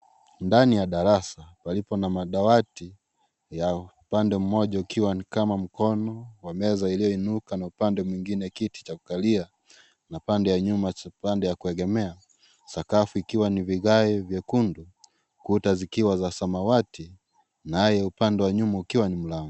Ndani ya darasa, palipo na madawati ya upande mmoja ukiwa ni kama mkono wa meza iliyoinuka na upande mwingine kiti cha kukalia na pande ya nyuma cha upande ya kuegemea. Sakafu ikiwa ni vigae vyekundu kuta zikiwa za samawati, naye upande wa nyuma ukiwa ni mlango.